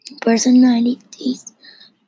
personalities